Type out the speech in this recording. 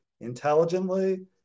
intelligently